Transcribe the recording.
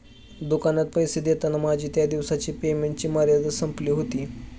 दुकानात पैसे देताना माझी त्या दिवसाची पेमेंटची मर्यादा संपली होती